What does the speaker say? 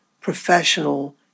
professional